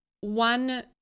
one